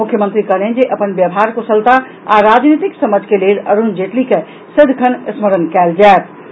मुख्यमंत्री कहलनि जे अपन व्यवहार कुशलता आ राजनीतिक समझ के लेल अरूण जेटली के सदिखन स्मरण कयल जयताह